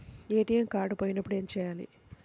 ATM card పోయినప్పుడు ఏమి చేయాలి?